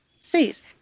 sees